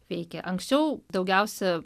veikė anksčiau daugiausia